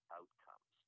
outcomes